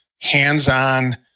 hands-on